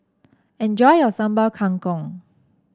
enjoy your Sambal Kangkong